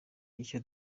icyo